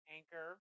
Anchor